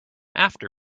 after